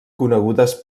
conegudes